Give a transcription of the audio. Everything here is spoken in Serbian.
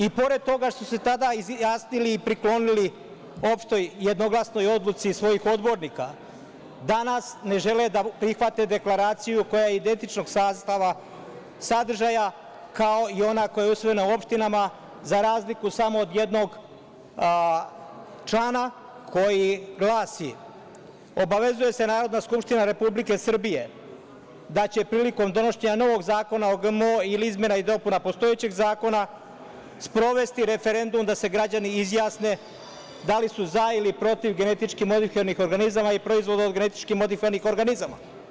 I pored toga što su se tada izjasnili i priklonili opštoj jednoglasnoj odluci svojih odbornika, danas ne žele da prihvate deklaraciju koja je identičnog sadržaja kao i ona koja je usvojena u opštinama, za razliku samo od jednog člana koji glasi: „Obavezuje se Narodna skupština Republike Srbije da će prilikom donošenja novog zakona o GMO ili izmena i dopuna postojećeg zakona sprovesti referendum da se građani izjasne da li su za ili protiv genetički modifikovanih organizama i proizvoda od genetički modifikovanih organizama“